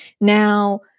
now